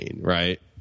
right